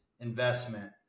investment